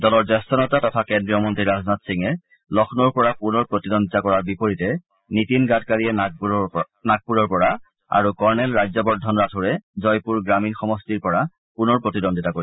দলৰ জ্যেষ্ঠ নেতা তথা কেন্দ্ৰীয় মন্ত্ৰী ৰাজনাথ সিঙে লক্ষ্ণৌৰ পৰা পুনৰ প্ৰতিদ্বন্দ্বিতা কৰাৰ বিপৰীতে নীতিন গাডকাৰীয়ে নাগপুৰৰ পৰা আৰু কৰ্ণেল ৰাজ্যবৰ্ধন ৰাথোৰে জয়পুৰ গ্ৰামীণ সমষ্টিৰ পৰা পুনৰ প্ৰতিদ্বন্দ্বিতা কৰিব